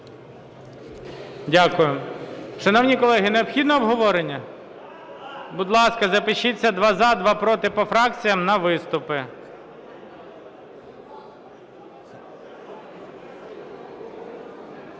Дякую. Шановні колеги, необхідно обговорення? Будь ласка, запишіться: два – за, два – проти по фракціям на виступи.